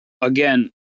again